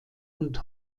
und